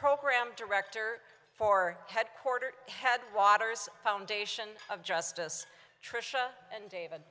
program director for headquartered headwaters foundation of justice trisha and david